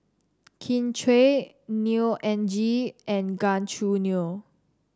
Kin Chui Neo Anngee and Gan Choo Neo